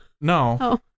No